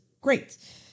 great